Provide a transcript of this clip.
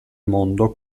mondo